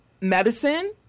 medicine